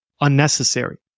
unnecessary